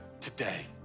today